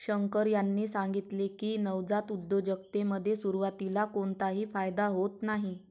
शंकर यांनी सांगितले की, नवजात उद्योजकतेमध्ये सुरुवातीला कोणताही फायदा होत नाही